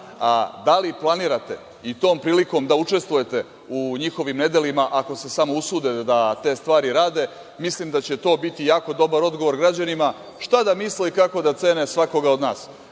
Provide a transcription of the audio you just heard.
Da li planirate i tom prilikom da učestvujete u njihovim nedelima, ako se samo usude da te stvari rade? Mislim da će to biti jako dobar odgovor građanima, šta da misle, kako da cene svakoga od nas.